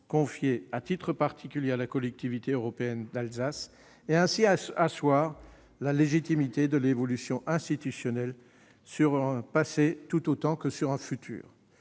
confiées, à titre particulier à la Collectivité européenne d'Alsace, et d'asseoir ainsi la légitimité de l'évolution institutionnelle dans le passé tout autant que dans le futur.